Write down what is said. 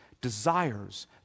desires